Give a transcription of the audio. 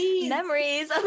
memories